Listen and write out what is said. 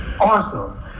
awesome